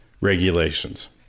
regulations